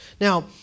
Now